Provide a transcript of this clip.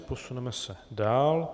Posuneme se dál.